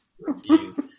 Reviews